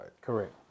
Correct